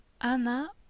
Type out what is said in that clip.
Anna